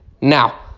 Now